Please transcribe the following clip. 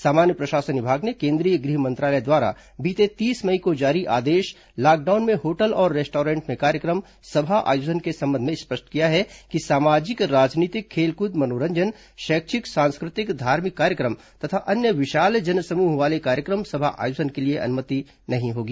सामान्य प्रशासन विभाग ने केन्द्रीय गृह मंत्रालय द्वारा बीते तीस मई को जारी आदेश लॉकडाउन में होटल और रेस्टोरेंट में कार्यक्रम सभा आयोजन के संबंध में स्पष्ट किया है कि सामाजिक राजनीतिक खेलकूद मनोरंजन शैक्षिक सांस्कृतिक धार्मिक कार्यक्रम तथा अन्य विशाल जन समूह वाले कार्यक्रम सभा आयोजन के लिए अनुमति नहीं होगी